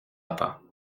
pas